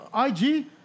IG